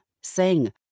sing